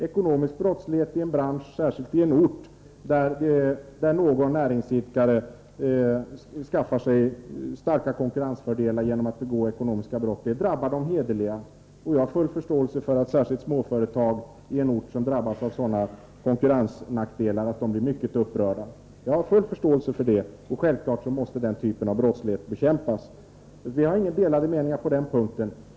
Ekonomisk brottslighet i en bransch, särskilt på en ort där någon näringsidkare skaffar sig ” starka konkurrensfördelar genom att begå ekonomiska brott, drabbar de hederliga. Jag har full förståelse för att särskilt småföretagare på en ort som drabbas av sådana konkurrensnackdelar blir mycket upprörda. Självfallet måste den typen av brottslighet bekämpas. Det råder alltså inga delade meningar mellan oss på denna punkt.